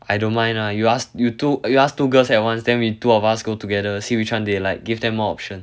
I don't mind lah you ask you two you asked two girls at once then we two of us go together see which one they like give them more options